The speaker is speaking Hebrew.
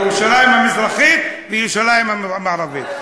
ירושלים המזרחית וירושלים המערבית.